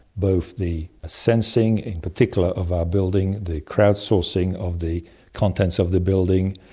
both the sensing in particular of our building, the crowd sourcing of the contents of the building,